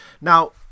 Now